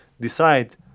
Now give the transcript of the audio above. decide